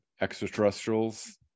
extraterrestrials